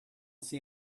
see